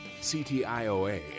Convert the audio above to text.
CTIOA